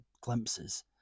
glimpses